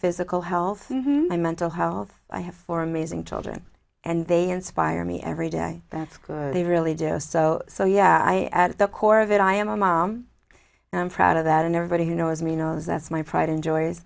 physical health my mental health i have four amazing children and they inspire me every day that they really do so so yeah i at the core of it i am a mom and i'm proud of that and every who knows me knows that's my pride and joy is